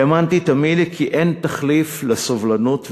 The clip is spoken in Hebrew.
האמנתי תמיד כי אין תחליף לסובלנות ולאיפוק,